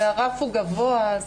הרף הוא גבוה.